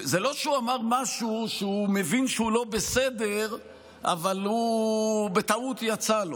זה לא שהוא אמר משהו שהוא מבין שהוא לא בסדר אבל בטעות יצא.